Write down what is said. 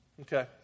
Okay